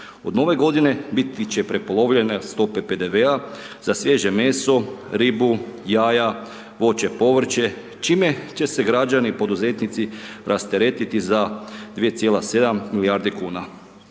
Od Nove Godine biti će prepolovljene stope PDV-a za svježe meso ribu, jaja, voće i povrće, čime će se građani poduzetnici rasteretiti za 2,7 milijardi kuna.